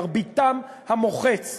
מרביתם המוחצת,